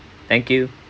thank you